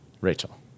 Rachel